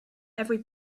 every